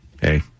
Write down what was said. hey